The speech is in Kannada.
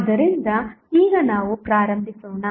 ಆದ್ದರಿಂದ ಈಗ ನಾವು ಪ್ರಾರಂಭಿಸೋಣ